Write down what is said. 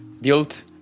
built